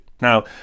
Now